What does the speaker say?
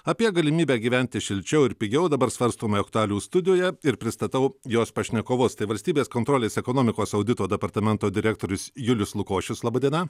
apie galimybę gyventi šilčiau ir pigiau dabar svarstome aktualijų studijoje ir pristatau jos pašnekovus tai valstybės kontrolės ekonomikos audito departamento direktorius julius lukošius laba diena